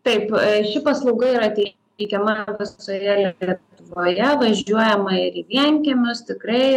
taip ši paslauga yra teikiama visoje lietuvoje važiuojama ir į vienkiemius tikrai